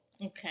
Okay